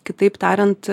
kitaip tariant